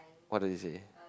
what did they say